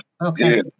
Okay